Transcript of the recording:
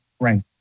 right